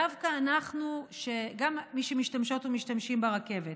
דווקא אנחנו, מי שמשתמשות ומשתמשים ברכבת,